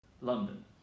London